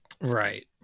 right